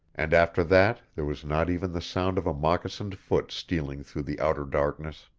and after that there was not even the sound of a moccasined foot stealing through the outer darkness.